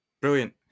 Brilliant